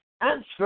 answer